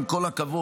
עם כל הכבוד,